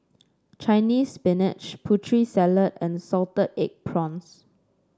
Chinese Spinach Putri Salad and Salted Egg Prawns